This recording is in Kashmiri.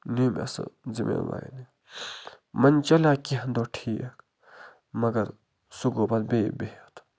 نیوٗ مےٚ سُہ زٔمیٖن واینہِ منٛزٕ چَلیو کینٛہہ دۄہ ٹھیٖک مگر سُہ گوٚو پَتہٕ بیٚیہِ بِہِتھ